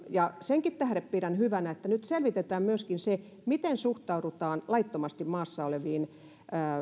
ja sitäkin pidän hyvänä että nyt selvitetään myöskin se miten suhtaudutaan laittomasti maassa oleviin